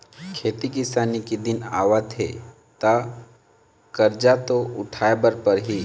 खेती किसानी के दिन आवत हे त करजा तो उठाए बर परही